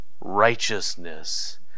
righteousness